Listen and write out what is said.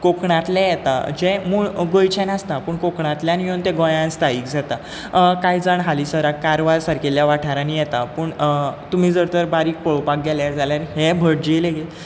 कोंकणातले येता जे मूळ गोंयचे नासता पूण कोंकणांतल्यान येवन ते गोंयान स्थायीक जाता कांय जाण हालींसराक कारवार सारकिल्ल्या वाठारांनी येता पूण तुमी जर तर बारीक पळोवपाक गेल्यार जाल्यार हे भटजी येयले गे